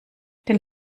den